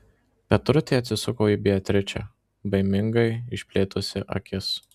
petrutė atsisuko į beatričę baimingai išplėtusi akis